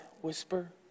whisper